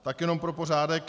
Tak jenom pro pořádek.